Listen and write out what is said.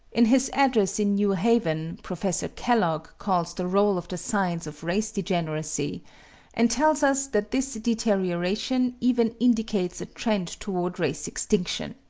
in his address in new haven professor kellogg calls the roll of the signs of race degeneracy and tells us that this deterioration even indicates a trend toward race extinction.